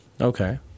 Okay